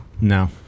No